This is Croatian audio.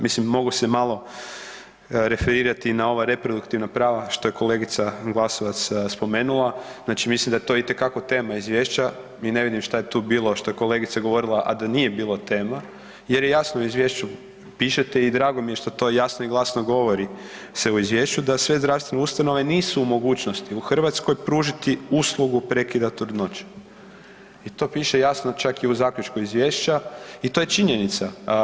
Mislim mogu se malo referirati na ova reproduktivna prava što je kolegica Glasovac spomenula, znači mislim da je to itekako tema izvješća i ne vidim šta je tu bilo što je kolegica govorila, a da nije bilo tema jer jasno u izviješću pišete i drago mi je što to jasno i glasno govori se izvješću da sve zdravstvene ustanove nisu u mogućnosti u Hrvatskoj pružati uslugu prekida trudnoće i to piše jasno čak i u zaključku izvješća i to je činjenica.